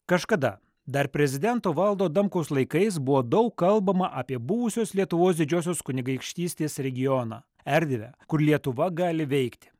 kažkada dar prezidento valdo adamkaus laikais buvo daug kalbama apie buvusios lietuvos didžiosios kunigaikštystės regioną erdvę kur lietuva gali veikti